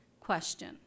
question